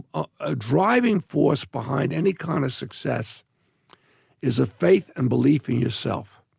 a driving force behind any kind of success is a faith and belief in yourself.